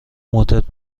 مدت